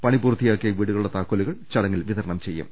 പണി പൂർത്തിയാ ക്കിയ വീടുകളുടെ താക്കോലുകൾ ചടങ്ങിൽ വിതരണം ചെയ്യും